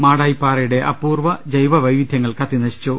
മാടായിപ്പാറയുടെ അപൂർവ്വ ജൈവവൈവിധൃ ങ്ങൾ കത്തിനശിച്ചു